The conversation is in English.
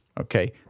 okay